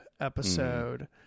episode